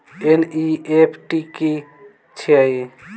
NEFT की छीयै?